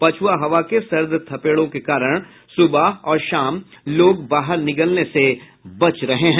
पछुआ हवा के सर्द थपेड़ों के कारण सुबह और शाम बाहर निकलने से लोग बच रहे हैं